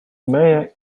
mayor